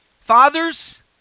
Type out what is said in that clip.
Fathers